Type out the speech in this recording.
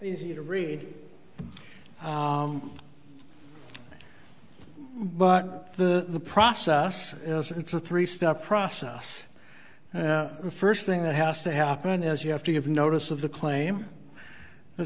easy to read but the process is it's a three step process the first thing that has to happen is you have to give notice of the claim the